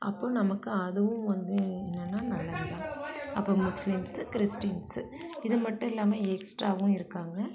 அப்போது நமக்கு அதுவும் வந்து என்னனா நல்லது தான் அப்போது முஸ்லீம்ஸ் கிறிஸ்ட்டின்ஸு இது மட்டும் இல்லாமல் எக்ஸ்ட்ராவும் இருக்காங்க